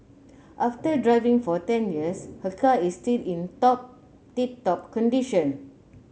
after driving for ten years her car is still in top tip top condition